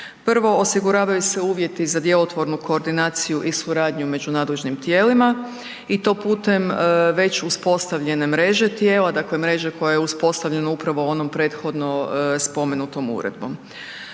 Prvo, osiguravaju se uvjeti za djelotvornu koordinaciju i suradnju u među nadležnim tijelima i to putem već uspostavljene mreže, dakle mreže koja je uspostavljena upravo onom prethodno spomenutom uredbom.